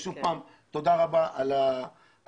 שוב, תודה רבה על הזימון.